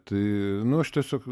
tai nu aš tiesiog